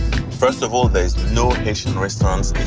first of all, there is no haitian restaurants